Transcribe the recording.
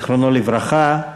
זיכרונו לברכה.